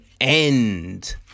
end